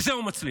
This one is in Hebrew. בזה הוא מצליח.